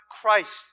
Christ